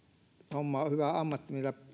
hommaa hyvä ammatti